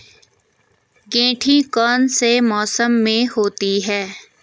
गेंठी कौन से मौसम में होती है?